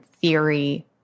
theory